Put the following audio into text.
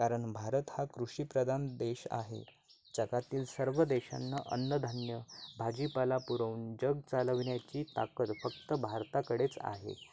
कारण भारत हा कृषीप्रधान देश आहे जगातील सर्व देशांना अन्नधान्य भाजीपाला पुरवून जग चालविण्याची ताकद फक्त भारताकडेच आहे